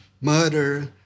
murder